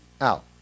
out